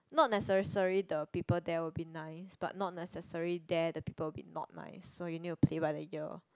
not necessary the people there will be nice but not necessary there the people will be not nice so you need to play by the ear